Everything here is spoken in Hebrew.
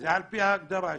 זה על-פי ההגדרה.